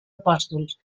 apòstols